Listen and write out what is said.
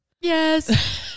yes